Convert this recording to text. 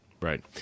Right